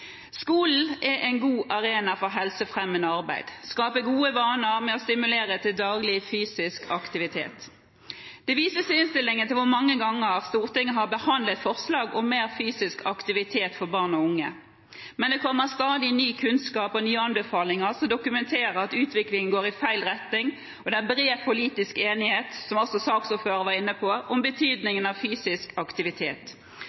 Skolen er en god arena for helsefremmende arbeid og skaper gode vaner med å stimulere til daglig fysisk aktivitet. Det vises i innstillingen til hvor mange ganger Stortinget har behandlet forslag om mer fysisk aktivitet for barn og unge, men det kommer stadig ny kunnskap og nye anbefalinger som dokumenterer at utviklingen går i feil retning. Det er bred politisk enighet, som også saksordføreren var inne på, om